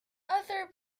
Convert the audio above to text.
other